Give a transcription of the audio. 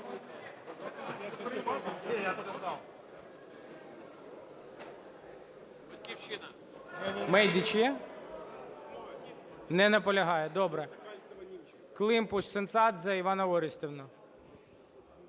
Мейдич є? Не наполягає. Добре. Климпуш-Цинцадзе Іванна Орестівна.